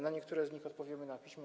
Na niektóre z nich odpowiemy na piśmie.